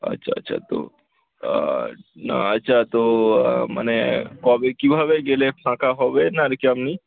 আচ্ছা আচ্ছা তো না আচ্ছা তো মানে কবে কীভাবে গেলে ফাঁকা হবেন আর কি আপনি